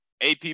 AP